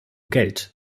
geld